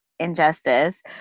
injustice